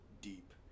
deep